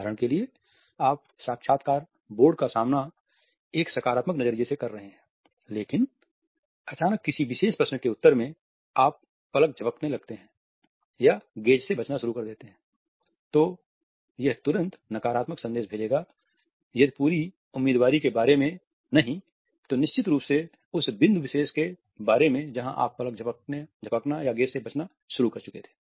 उदाहरण के लिए आप साक्षात्कार बोर्ड का सामना एक सकारात्मक नजरिये से कर रहे हैं लेकिन अचानक किसी विशेष प्रश्न के उत्तर में आप पलक झपकाने लगते हैं या गेज़ से बचना शुरू कर देते हैं तो यह तुरंत नकारात्मक संदेश भेजेगा यदि पूरी उम्मीदवारी के बारे में नहीं तो निश्चित रूप से उस विशेष बिंदु के बारे में जहाँ आप पलक झपकाना या गेज़ बचना शुरू कर कर चुके थे